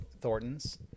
Thornton's